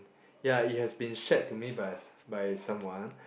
ya it has been shared to me by s~ by someone